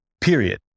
period